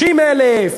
30,000,